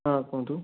ହଁ କୁହନ୍ତୁ